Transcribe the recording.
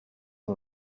and